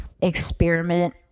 experiment